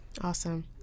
Awesome